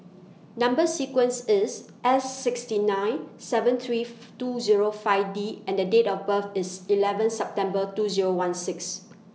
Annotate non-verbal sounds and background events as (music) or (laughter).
Number sequence IS S sixty nine seven three (noise) two Zero five D and Date of birth IS eleven September two Zero one six